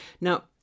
Now